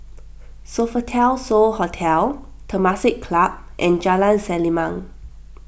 Sofitel So Hotel Temasek Club and Jalan Selimang